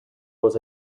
was